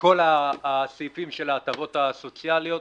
כל הסעיפים של ההטבות הסוציאליות.